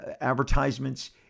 advertisements